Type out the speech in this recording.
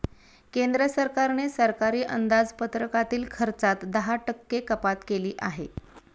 केंद्र सरकारने सरकारी अंदाजपत्रकातील खर्चात दहा टक्के कपात केली आहे